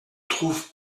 trouve